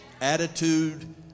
Attitude